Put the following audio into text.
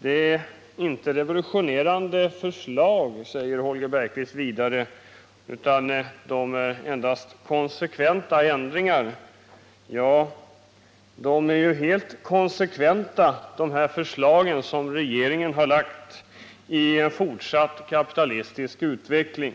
Det är inte några revolutionerande förslag som här läggs fram, säger Holger Bergqvist vidare, utan det är endast fråga om konsekventa ändringar. Ja, de förslag regeringen lagt fram är helt konsekventa i en fortsatt kapitalistisk utveckling